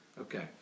Okay